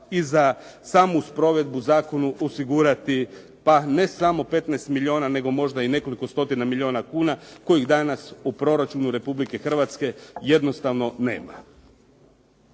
i za samu sprovedbu zakonu osigurati pa ne samo 15 milijuna i možda nekoliko stotina milijuna kuna kojih danas u proračunu Republike Hrvatske jednostavno nema.